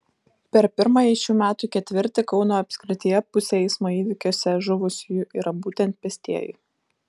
per pirmąjį šių metų ketvirtį kauno apskrityje pusė eismo įvykiuose žuvusiųjų yra būtent pėstieji